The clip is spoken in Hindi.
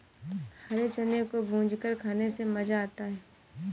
हरे चने को भूंजकर खाने में मज़ा आता है